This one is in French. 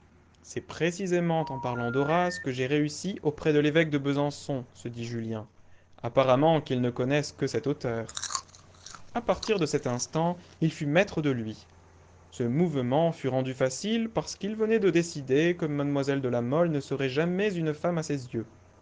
c'est précisément en parlant d'horace que j'ai réussi auprès de l'évêque de besançon se dit julien apparemment qu'ils ne connaissent que cet auteur a partir de cet instant il fut maître de lui ce mouvement tut rendu facile parce qu'il venait de décider que mlle de la mole ne serait jamais une femme à ses yeux